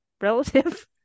relative